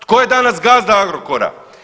Tko je danas gazda Agrokora?